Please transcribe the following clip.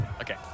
Okay